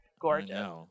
gorgeous